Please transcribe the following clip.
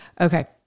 Okay